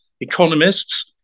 Economists